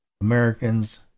Americans